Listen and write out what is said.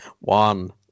one